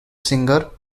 singer